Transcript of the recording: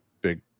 big